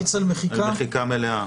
מחיקה מלאה.